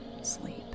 sleep